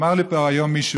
אמר לי פה היום מישהו